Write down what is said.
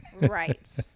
Right